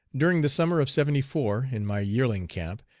during the summer of seventy four, in my yearling camp,